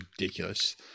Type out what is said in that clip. ridiculous